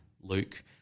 Luke